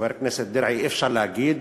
חבר הכנסת דרעי, אי-אפשר להגיד,